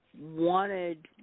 wanted